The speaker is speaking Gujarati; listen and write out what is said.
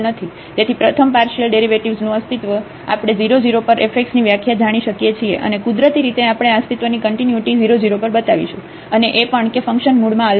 તેથી પ્રથમ પાર્શિયલ ડેરિવેટિવ્ઝનું અસ્તિત્વ તેથી આપણે 0 0 પર f x ની વ્યાખ્યા જાણી શકીએ છીએ અને કુદરતી રીતે આપણે આ અસ્તિત્વની કન્ટિન્યુટી 0 0 પર બતાવીશું અને એ પણ કે ફંકશન મૂળમાં અલગ નથી